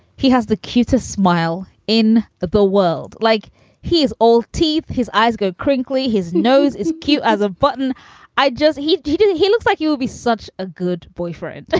he has the cutest smile in the world like he is old teeth. his eyes go crinkly. his nose is cute as a button i just he he didn't he looks like you will be such a good boyfriend. but